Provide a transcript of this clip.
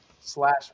slash